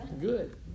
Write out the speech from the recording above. Good